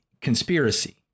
Conspiracy